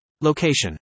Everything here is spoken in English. Location